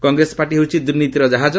Congress party ହେଉଛି ଦୂର୍ନୀତିର ଜାହାଜ